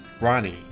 Ronnie